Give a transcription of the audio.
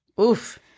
Oof